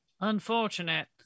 unfortunate